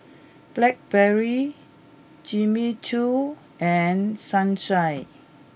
Blackberry Jimmy Choo and Sunshine